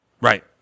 Right